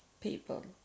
people